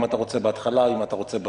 אם אתה רוצה בהתחלה או בסוף,